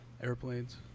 airplanes